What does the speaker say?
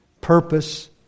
purpose